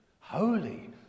holy